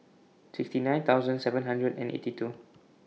sixty nine thousand seven hundred and eighty two